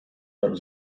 tal